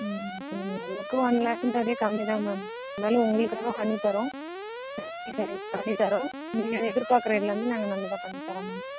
இதுக்கு ஒன் லேக்குங்கிறதே கம்மி தான் மேம் இருந்தாலும் உங்களுக்காக பண்ணித்தறோம் நைன்ட்டி ஃபைவ்க்கு பண்ணித்தறோம் நீங்கள் எதிர்பார்க்குற எல்லாமே நாங்கள் நல்லதாக பண்ணித்தறோம் மேம்